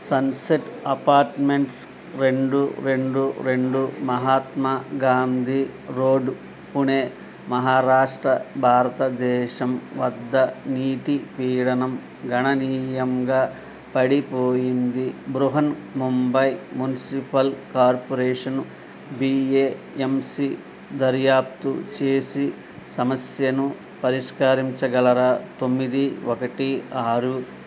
sunset apartments రెండు రెండు రెండు మహాత్మా గాంధీ రోడ్ పూణే మహారాష్ట్ర భారతదేశం వద్ద నీటి పీడనం గణనీయంగా పడిపోయింది Brihanmumbai municipal corporation B A M C దర్యాప్తు చేసి సమస్యను పరిష్కరించగలరా తొమ్మిది ఒకటి ఆరు